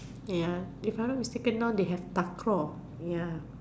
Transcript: ya if I not mistaken now they have